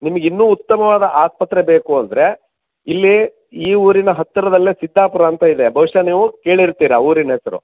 ನಿಮಗಿನ್ನೂ ಉತ್ತಮವಾದ ಆಸ್ಪತ್ರೆ ಬೇಕು ಅಂದರೆ ಇಲ್ಲಿ ಈ ಊರಿನ ಹತ್ತಿರದಲ್ಲೇ ಸಿದ್ದಾಪುರ ಅಂತ ಇದೆ ಬಹುಶಃ ನೀವು ಕೇಳಿರ್ತೀರ ಊರಿನ ಹೆಸರು